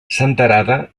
senterada